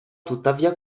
tuttavia